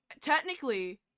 Technically